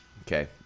Okay